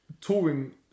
touring